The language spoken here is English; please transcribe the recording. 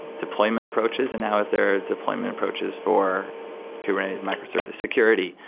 deployment approaches, and now is there deployment approaches for kubernetes, microservice, security?